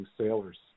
sailors